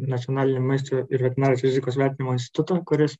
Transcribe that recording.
nacionalinį maisto ir veterinarijos rizikos vertinimo institutą kuris